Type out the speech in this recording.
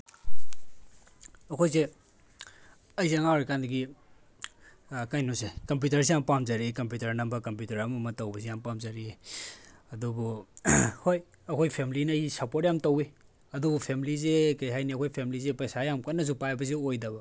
ꯑꯩꯈꯣꯏꯁꯦ ꯑꯩꯁꯦ ꯑꯉꯥꯡ ꯑꯣꯏꯔꯤꯀꯥꯟꯗꯒꯤ ꯀꯩꯅꯣꯁꯦ ꯀꯝꯄ꯭ꯌꯨꯇꯔꯁꯦ ꯌꯥꯝ ꯄꯥꯝꯖꯔꯛꯏ ꯀꯝꯄ꯭ꯌꯨꯇꯔ ꯅꯝꯕ ꯀꯝꯄ꯭ꯌꯨꯇꯔ ꯑꯃ ꯑꯃ ꯇꯧꯕꯁꯦ ꯌꯥꯝ ꯄꯥꯝꯖꯔꯛꯏ ꯑꯗꯨꯕꯨ ꯍꯣꯏ ꯑꯩꯈꯣꯏ ꯐꯦꯃꯤꯂꯤꯅ ꯑꯩꯁꯦ ꯁꯞꯄꯣꯔꯠ ꯌꯥꯝ ꯇꯧꯋꯤ ꯑꯗꯨꯕꯨ ꯐꯦꯃꯤꯂꯤꯁꯦ ꯀꯔꯤ ꯍꯥꯏꯅꯤ ꯑꯩꯈꯣꯏ ꯐꯦꯃꯤꯂꯤꯁꯦ ꯄꯩꯁꯥ ꯌꯥꯝ ꯀꯟꯅꯁꯨ ꯄꯥꯏꯕꯁꯦ ꯑꯣꯏꯗꯕ